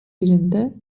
birinde